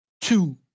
two